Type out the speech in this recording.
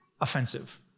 offensive